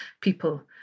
people